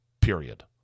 period